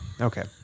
Okay